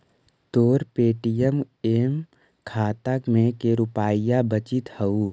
तोर पे.टी.एम खाता में के रुपाइया बचित हउ